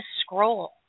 scroll